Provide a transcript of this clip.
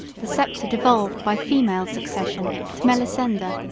the sceptre devolved by female succession to melisenda,